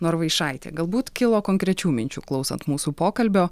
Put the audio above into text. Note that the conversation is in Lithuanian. norvaišaitė galbūt kilo konkrečių minčių klausant mūsų pokalbio